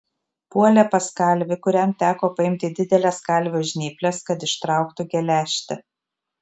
puolė pas kalvį kuriam teko paimti dideles kalvio žnyples kad ištrauktų geležtę